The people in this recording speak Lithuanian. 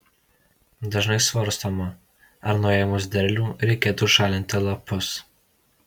dažnai svarstoma ar nuėmus derlių reikėtų šalinti lapus